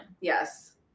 yes